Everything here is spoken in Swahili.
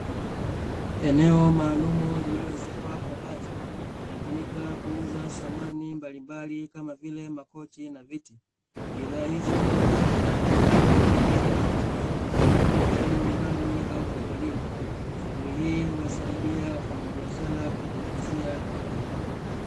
Eneo maalumu lililoezekwa kwa bati linatumika kuuza samani mbalimbali kama vile makochi na viti, bidhaa hizi huweza kutumika mahali tofautitofauti yaani nyumbani au hotelini. Shuguli hii huwasaidia wafanyabiashara kujiingizia kipato.